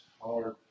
hard